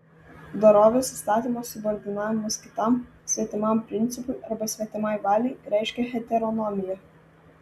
dorovės įstatymo subordinavimas kitam svetimam principui arba svetimai valiai reiškia heteronomiją